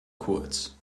kurz